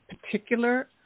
particular